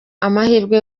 amahirwe